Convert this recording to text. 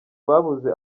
ababuze